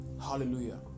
Hallelujah